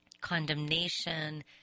condemnation